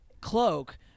cloak